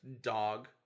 dog